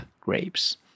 grapes